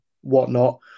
whatnot